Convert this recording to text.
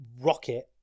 rocket